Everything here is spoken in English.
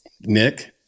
Nick